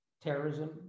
terrorism